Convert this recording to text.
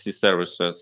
services